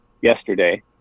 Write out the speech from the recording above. yesterday